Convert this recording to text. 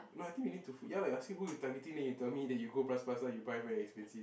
no I think we need ya lah you asking who you targeting then you tell me that you go Bras-Basah you buy very expensive